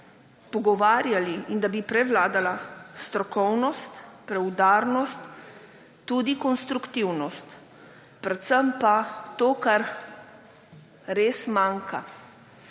pogovarjali in da bi prevladala strokovnost, preudarnost, tudi konstruktivnost, predvsem pa to, kar res manjka